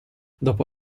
dopo